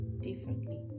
differently